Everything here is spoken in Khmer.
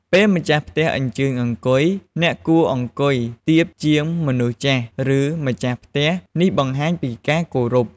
ពេលម្ចាស់ផ្ទះអញ្ជើញអង្គុយ អ្នកគួរអង្គុយទាបជាងមនុស្សចាស់ ឬ ម្ចាស់ផ្ទះ នេះបង្ហាញពីការគោរព។